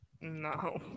No